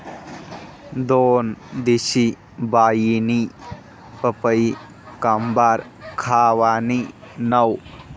दोनदिशी बाईनी पपई काबरं खावानी नै